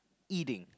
eating